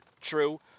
true